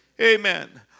Amen